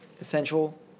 essential